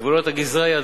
וגבולות הגזרה יהיו,